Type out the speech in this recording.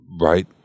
right